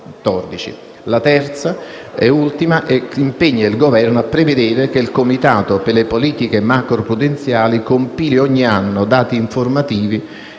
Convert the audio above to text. del giorno impegna il Governo a prevedere che il comitato per le politiche macroprudenziali compili ogni anno dati informativi